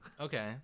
Okay